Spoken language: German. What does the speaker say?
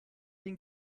den